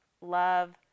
love